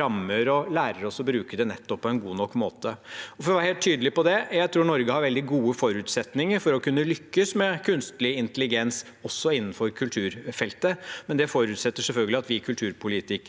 rammer og lærer oss å bruke det på en god nok måte. For å være helt tydelig på dette: Jeg tror Norge har veldig gode forutsetninger for å kunne lykkes med kunstig intelligens, også innenfor kulturfeltet, men det forutsetter selvfølgelig at vi kulturpolitikere